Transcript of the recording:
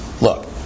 Look